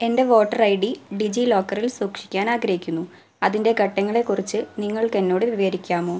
എന്റെ voter I D ഡിജി ലോക്കറിൽ സൂക്ഷിക്കാൻ ആഗ്രഹിക്കുന്നു അതിൻ്റെ ഘട്ടങ്ങളേക്കുറിച്ച് നിങ്ങൾക്കെന്നോട് വിവരിക്കാമോ